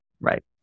Right